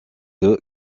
deux